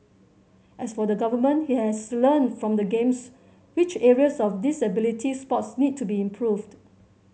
as for the Government he has learnt from the Games which areas of disability sports need to be improved